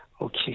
Okay